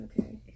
okay